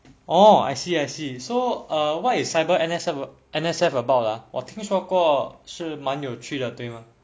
orh I see I see so err what is cyber N_S_F N_S_F about ah 我听说过是蛮有趣的对吗